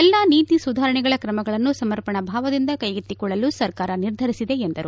ಎಲ್ಲ ನೀತಿ ಸುಧಾರಣೆಗಳ ಕ್ರಮಗಳನ್ನು ಸಮರ್ಪಣಭಾವದಿಂದ ಕೈಗೆತ್ತಿಕೊಳ್ಳಲು ಸರ್ಕಾರ ನಿರ್ಧರಿಸಿದೆ ಎಂದರು